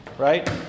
right